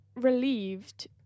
relieved